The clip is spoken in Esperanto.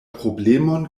problemon